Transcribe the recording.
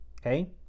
Okay